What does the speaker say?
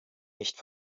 nicht